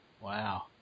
Wow